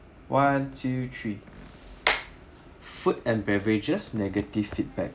one two three food and beverages negative feedback